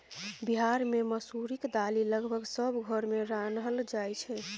बिहार मे मसुरीक दालि लगभग सब घर मे रान्हल जाइ छै